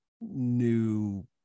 new